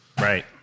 Right